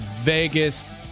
Vegas